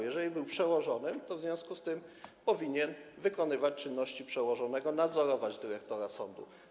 Jeżeli był przełożonym, to w związku z tym powinien wykonywać czynności przełożonego, nadzorować dyrektora sądu.